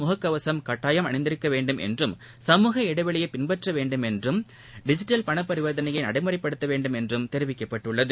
முகக்கவசம் மேலும் கட்டாயம் என்றும் சமூக இடைவெளியைபின்பற்றவேண்டும் என்றும் டிஜிட்டல் பணபரிவர்த்தனையைநடைமுறைபடுத்தவேண்டும் என்றும் தெரிவிக்கப்பட்டுள்ளது